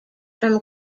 from